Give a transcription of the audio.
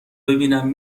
ببینم